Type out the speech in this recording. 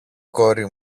κόρη